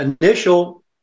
initial